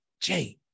Jane